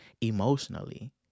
emotionally